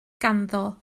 ganddo